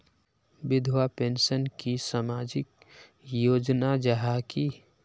विधवा पेंशन की सामाजिक योजना जाहा की?